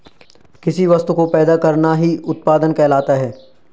किसी वस्तु को पैदा करना ही उत्पादन कहलाता है